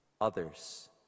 others